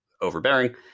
overbearing